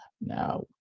Now